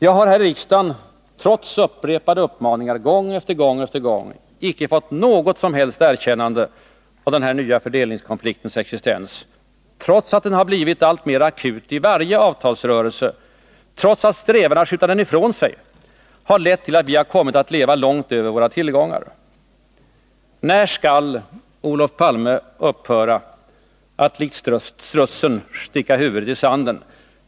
Jag har här i riksdagen, trots upprepade uppmaningar, icke fått något som helst erkännande av denna nya fördelningskonflikts existens, trots att den blivit alltmer akut i varje avtalsrörelse och trots att strävan att skjuta den ifrån sig har lett till att vi har kommit att leva långt över våra tillgångar. När skall Olof Palme upphöra att likt strutsen sticka huvudet i sanden?